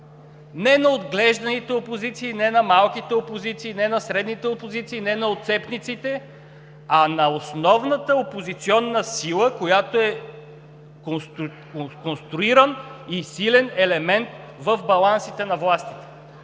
не на отглежданите опозиции, не на малките опозиции, не на средните опозиции, не на отцепниците, а на основната опозиционна сила, която е конструиран и силен елемент в балансите на властите.